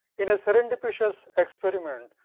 in a serendipitous experiment,